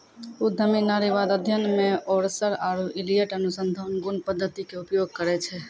उद्यमी नारीवाद अध्ययन मे ओरसर आरु इलियट अनुसंधान गुण पद्धति के उपयोग करै छै